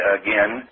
again